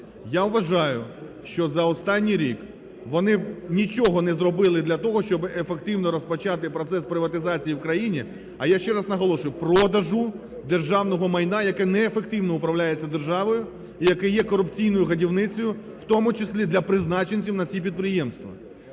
Я вважаю, що за останній рік вони нічого не зробили для того, щоб ефективно розпочати процес приватизації в країні, а я ще раз наголошую, продажу державного майна, яке неефективно управляється держаною і яке є корупційною годівницею, у тому числі для призначенців на ці підприємства.